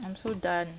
I am so done